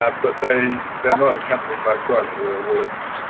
ah but they they are not accompanied by struggle or avoidance.